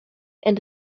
and